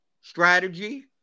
strategy